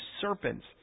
serpents